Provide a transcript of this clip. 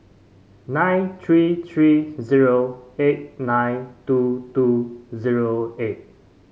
nine three three zero eight nine two two zero eight